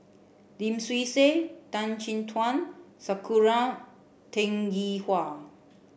Lim Swee Say Tan Chin Tuan Sakura Teng Ying Hua